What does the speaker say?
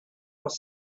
was